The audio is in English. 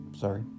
sorry